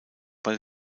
bei